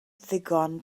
ddigon